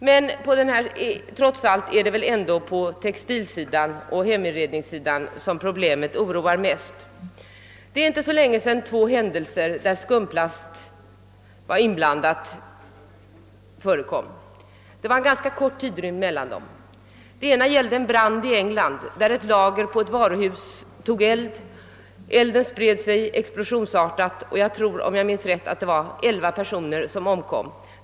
Men trots allt är det väl ändå på textilsidan och heminredningssidan som problemet oroar mest. Det är inte så länge sedan två händelser med ganska kort tids mellanrum inträffade där skumplast var inblandad. I ena fallet uppstod eld i ett lager på ett varuhus i England. Elden spred sig explosionsartat och elva personer omkom, om jag minns rätt.